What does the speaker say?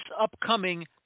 upcoming